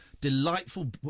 delightful